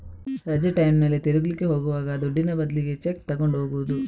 ರಜೆ ಟೈಮಿನಲ್ಲಿ ತಿರುಗ್ಲಿಕ್ಕೆ ಹೋಗುವಾಗ ದುಡ್ಡಿನ ಬದ್ಲಿಗೆ ಚೆಕ್ಕು ತಗೊಂಡು ಹೋಗುದು